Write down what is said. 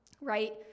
Right